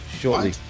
shortly